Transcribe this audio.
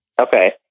Okay